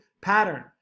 pattern